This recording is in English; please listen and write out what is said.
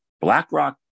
BlackRock